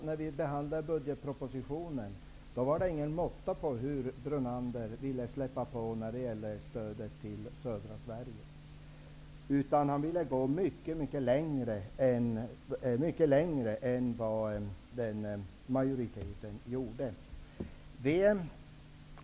När vi behandlade budgetpropositionen var det ju ingen måtta på hur mycket Brunander ville släppa till när det gällde stödet till södra Sverige. Han ville gå mycket längre än vad majoriteten gjorde.